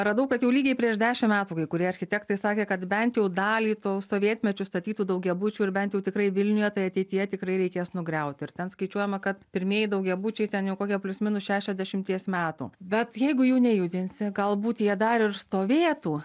radau kad jau lygiai prieš dešim metų kai kurie architektai sakė kad bent jau dalį tų sovietmečiu statytų daugiabučių ir bent jau tikrai vilniuje tai ateityje tikrai reikės nugriaut ir ten skaičiuojama kad pirmieji daugiabučiai ten jau kokia plius minus šešiasdešimties metų bet jeigu jų nejudinsi galbūt jie dar ir stovėtų